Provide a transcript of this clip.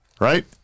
right